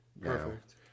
Perfect